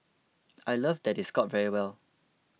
I love that they scored very well